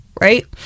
right